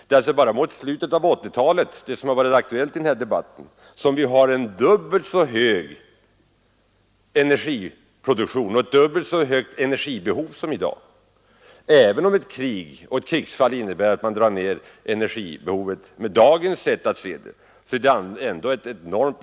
Redan vid slutet av 1980-talet — den tidpunkt som har varit aktuell i den här debatten — kommer vi att ha en dubbelt så hög energiproduktion och ett dubbelt så högt energibehov som vi har i dag. Även om ett krig innebär att vi drar ner energiåtgången kommer behovet av energi ändå att vara enormt.